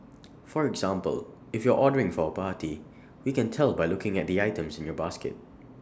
for example if you're ordering for A party we can tell by looking at the items in your basket